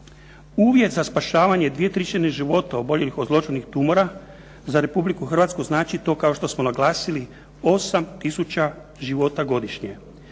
Uvjet za spašavanje dvije trećine života oboljelih od zloćudnih tumora, za Republiku Hrvatsku znači to kao što smo naglasili 8 tisuća života godišnje,